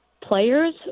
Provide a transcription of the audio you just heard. players